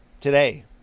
today